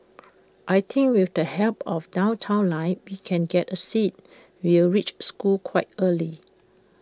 I think with the help of downtown line we can get A seat we'll reach school quite early